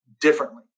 differently